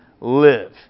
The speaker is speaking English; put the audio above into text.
live